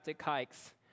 hikes